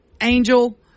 Angel